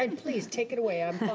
um please take it away. ah